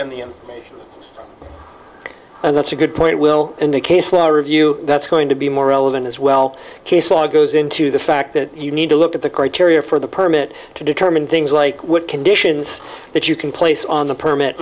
in the end and that's a good point will and the case law review that's going to be more relevant as well case law goes into the fact that you need to look at the criteria for the permit to determine things like what conditions that you can place on the permit